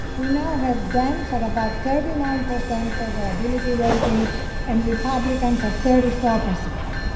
we now have dems at about thirty nine percent favorability rating and republicans at thirty four percent.